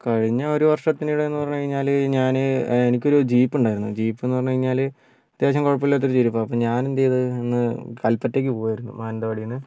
കഴിഞ്ഞ ഒരു വർഷത്തിനിടയിൽ എന്ന് പറഞ്ഞ് കഴിഞ്ഞാല് ഞാന് എനിക്കൊരു ജീപ്പുണ്ടായിരുന്നു ജീപ്പ് എന്ന് പറഞ്ഞ് കഴിഞ്ഞാല് അത്യാവശ്യം കുഴപ്പമില്ലാത്തൊരു ജീപ്പാണ് അപ്പോൾ ഞാനെന്ത് ചെയ്ത് അന്ന് കല്പറ്റക്ക് പോകുവായിരുന്നു മാനന്തവാടിയിൽ നിന്ന്